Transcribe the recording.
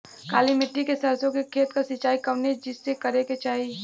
काली मिट्टी के सरसों के खेत क सिंचाई कवने चीज़से करेके चाही?